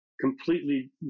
completely